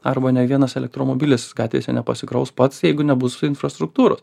arba ne vienas elektromobilis gatvėse nepasikraus pats jeigu nebus infrastruktūros